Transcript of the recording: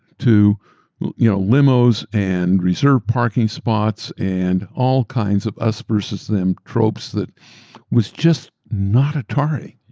to you know limos, and reserved parking spots, and all kinds of us-versus-them tropes that was just not atari.